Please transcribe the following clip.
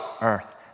earth